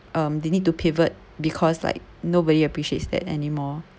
um they need to pivot because like nobody appreciates that anymore